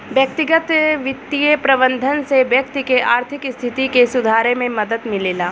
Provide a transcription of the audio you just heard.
व्यक्तिगत बित्तीय प्रबंधन से व्यक्ति के आर्थिक स्थिति के सुधारे में मदद मिलेला